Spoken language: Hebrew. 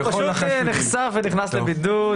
הוא פשוט נחשף ונכנס לבידוד.